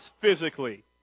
physically